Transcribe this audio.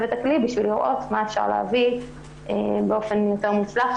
את הכלי כדי לראות מה אפשר להביא באופן יותר מוצלח,